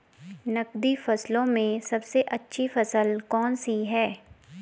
नकदी फसलों में सबसे अच्छी फसल कौन सी है?